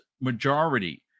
majority